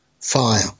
fire